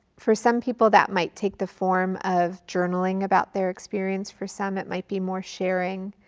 for some people that might take the form of journaling about their experience. for some it might be more sharing